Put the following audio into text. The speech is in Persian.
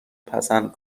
پسند